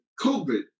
COVID